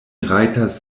rajtas